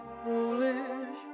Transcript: foolish